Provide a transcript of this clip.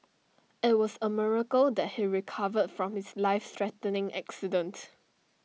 IT was A miracle that he recovered from his life threatening accident